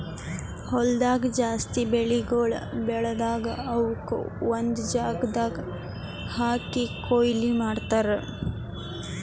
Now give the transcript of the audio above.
ಹೊಲ್ದಾಗ್ ಜಾಸ್ತಿ ಬೆಳಿಗೊಳ್ ಬೆಳದಾಗ್ ಅವುಕ್ ಒಂದು ಜಾಗದಾಗ್ ಹಾಕಿ ಕೊಯ್ಲಿ ಮಾಡ್ತಾರ್